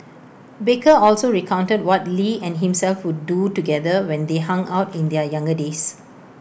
baker also recounted what lee and himself would do together when they hung out in their younger days